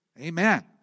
Amen